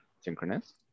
synchronous